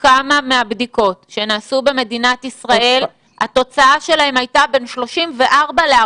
כמה מהבדיקות שנעשו במדינת ישראל התוצאה שלהן הייתה בין 34 ל-40.